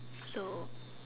so